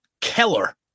Keller